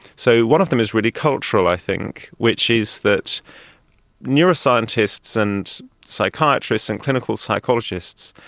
so one of them is really cultural i think, which is that neuroscientists and psychiatrists and clinical psychologists,